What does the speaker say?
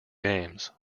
games